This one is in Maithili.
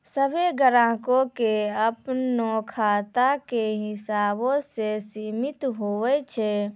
सभ्भे ग्राहको के अपनो खाता के हिसाबो से सीमित हुवै छै